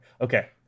Okay